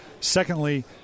Secondly